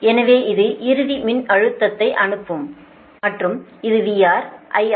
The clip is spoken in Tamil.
எனவே இது இறுதி மின்னழுத்ததை அனுப்பும் மற்றும் இது VR IR